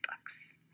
books